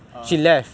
ah